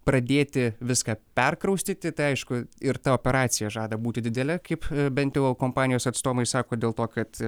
pradėti viską perkraustyti tai aišku ir ta operacija žada būti didelė kaip bent jau kompanijos atstovai sako dėl to kad